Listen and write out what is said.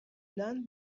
learn